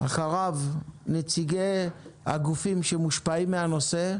אחריו נציגי הגופים שמושפעים מן הנושא,